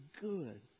good